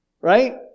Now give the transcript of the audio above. right